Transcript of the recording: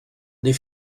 des